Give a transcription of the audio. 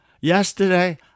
yesterday